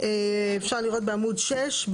אפשר לראות בעמוד 6,